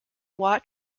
watt